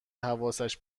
حواسش